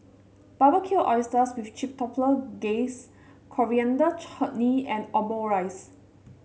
Barbecued Oysters with Chipotle Glaze Coriander Chutney and Omurice